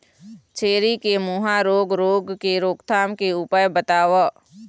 छेरी के मुहा रोग रोग के रोकथाम के उपाय बताव?